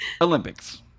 Olympics